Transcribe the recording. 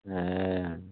ए